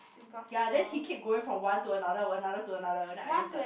ya then he keep going from one to another another to another then I just like